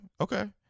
okay